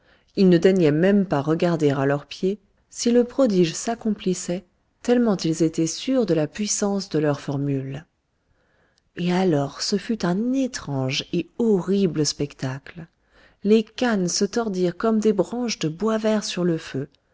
ils ne daignaient même pas regarder à leurs pieds si le prodige s'accomplissait tellement ils étaient sûrs de la puissance de leur formule et alors ce fut un étrange et horrible spectacle les cannes se tordirent comme des branches de bois vert sur le feu